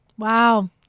Wow